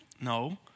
No